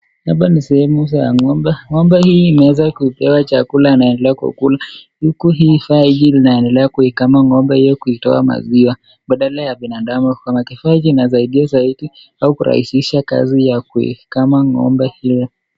Hapa ni sehemu za ng'ombe. Ng'ombe huyu ameweza kupewa chakula anaendelea kukula, huku hii kifaa hiki kinaendelea kukama ng'ombe huyo kuitoa maziwa, badala ya binadamu kukama. Kifaa hiki kinasaidia zaidi au kurahisisha kazi ya kuikama ng'ombe huo.